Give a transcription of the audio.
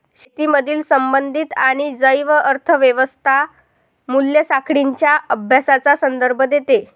शेतीमधील संबंधित आणि जैव अर्थ व्यवस्था मूल्य साखळींच्या अभ्यासाचा संदर्भ देते